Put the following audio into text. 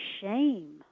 shame